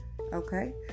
Okay